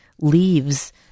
leaves